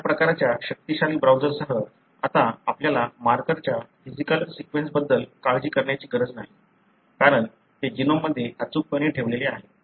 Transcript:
या प्रकारच्या शक्तिशाली ब्राउझरसह आता आपल्याला मार्करच्या फिजिकल सीक्वेन्सबद्दल काळजी करण्याची गरज नाही कारण ते जीनोममध्ये अचूकपणे ठेवलेले आहेत